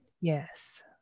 Yes